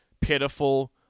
pitiful